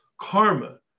karma